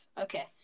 Okay